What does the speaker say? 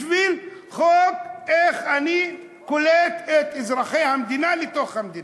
בשביל חוק של איך אני קולט את אזרחי המדינה בתוך המדינה.